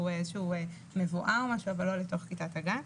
איזושהי מבואה או משהו אבל לא לתוך כיתת הגן.